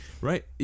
right